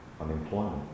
unemployment